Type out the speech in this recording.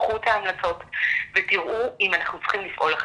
קחו את ההמלצות ותיראו אם אנחנו צריכים לפעול אחרת.